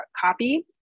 copy